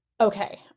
Okay